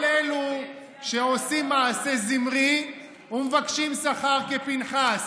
כל אלו שעושים מעשה זמרי ומבקשים שכר כפינחס.